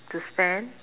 to spend